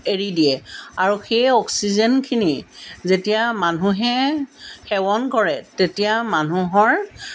এৰি দিয়ে আৰু সেই অক্সিজেনখিনি যেতিয়া মানুহে সেৱন কৰে তেতিয়া মানুহৰ